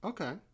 Okay